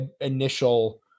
initial